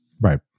Right